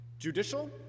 Judicial